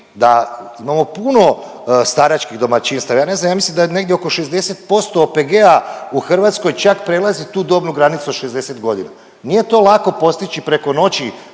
da imamo puno staračkih domaćinstva, ja ne znam ja mislim da je negdje oko 60% OPG-a u Hrvatskoj čak prelazi tu dobnu granicu od 60 godina. Nije to lako postići preko noći